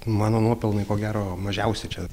mano nuopelnai ko gero mažiausi čia